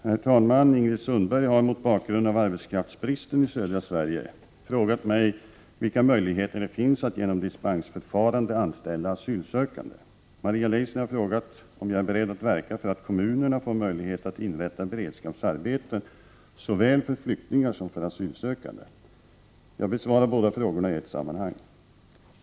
Herr talman! Ingrid Sundberg har, mot bakgrund av arbetskraftsbristen i södra Sverige, frågat mig vilka möjligheter det finns att genom dispensförfarande anställa asylsökande. Maria Leissner har frågat om jag är beredd att verka för att kommunerna får möjlighet att inrätta beredskapsarbeten såväl för flyktingar som för asylsökande. Jag besvarar båda frågorna i ett sammanhang.